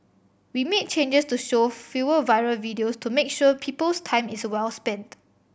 we made changes to show fewer viral videos to make sure people's time is well spent